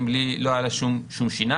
לא היו לה שום שיניים,